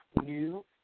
new